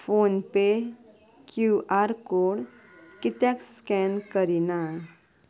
PhonePe Q R code कित्याक scan करिना